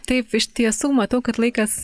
taip iš tiesų matau kad laikas